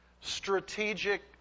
strategic